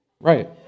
Right